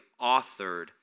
authored